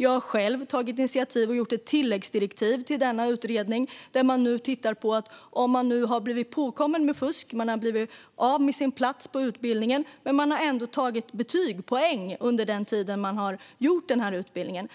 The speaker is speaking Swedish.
Jag har själv tagit initiativ till ett tilläggsdirektiv till utredningen: Om man nu har blivit påkommen med fusk och blivit av med sin plats men ändå har tagit poäng under sin tid på utbildningen,